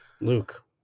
Luke